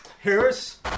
Harris